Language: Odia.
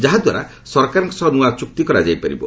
ଯାହାଦ୍ୱାରା ସରକାରଙ୍କ ସହ ନୂଆ ଚୁକ୍ତି କରାଯାଇ ପାରିବ